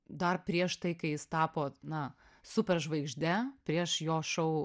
dar prieš tai kai jis tapo na superžvaigžde prieš jo šou